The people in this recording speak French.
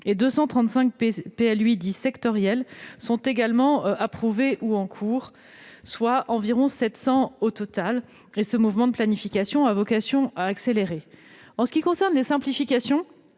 ; 235 PLUi dits « sectoriels » sont également approuvés ou en cours d'approbation, soit environ 700 PLUi au total. Ce mouvement de planification a vocation à s'accélérer. En ce qui concerne les simplifications,